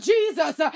Jesus